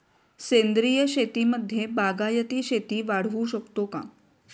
सेंद्रिय शेतीमध्ये बागायती शेती वाढवू शकतो का?